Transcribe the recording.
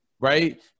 Right